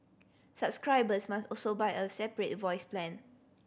subscribers must also buy a separate voice plan